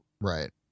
Right